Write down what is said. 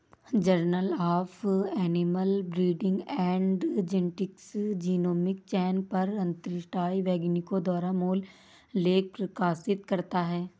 journal of animal breeding and genetics genomic चयन पर अंतरराष्ट्रीय वैज्ञानिकों द्वारा मूल लेख प्रकाशित करता है